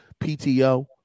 PTO